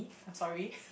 I'm sorry